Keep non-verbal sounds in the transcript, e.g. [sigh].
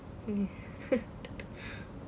ya [laughs]